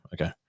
okay